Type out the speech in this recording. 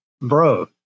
bro